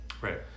right